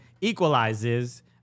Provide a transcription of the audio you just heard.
equalizes